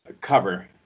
Cover